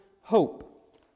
hope